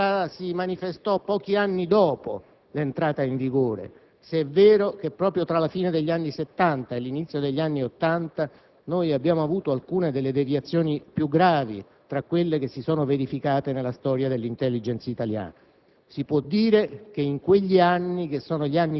inadeguata e la sua inadeguatezza già si manifestò pochi anni dopo l'entrata in vigore, se è vero che proprio tra la fine degli anni Settanta e l'inizio degli anni Ottanta noi abbiamo avuto alcune delle deviazioni più gravi tra quelle che si sono verificate nella storia dell'*intelligence* italiana.